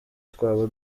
twaba